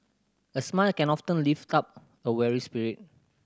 a smile can often lift up a weary spirit